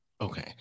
Okay